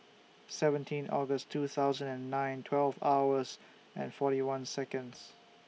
seventeen August two thousand and nine twelve hours and forty one Seconds